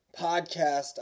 podcast